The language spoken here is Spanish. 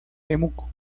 temuco